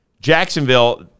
Jacksonville –